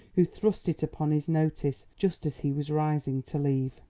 who thrust it upon his notice just as he was rising to leave.